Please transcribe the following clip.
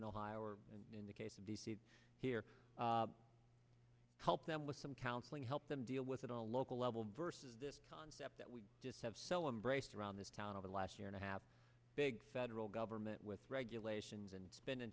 in ohio or in the case of d c here help them with some counseling help them deal with it on a local level versus this concept that we just have cell embrace around this town over the last year and a half big federal government with regulations and spending